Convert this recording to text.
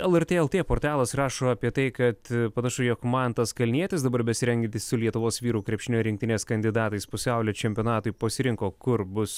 lrt lt portalas rašo apie tai kad panašu jog mantas kalnietis dabar besirengiantis su lietuvos vyrų krepšinio rinktinės kandidatais pasaulio čempionatui pasirinko kur bus